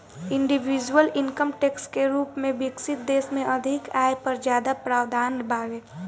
individual income tax के रूप में विकसित देश में अधिक आय पर ज्यादा प्रावधान बावे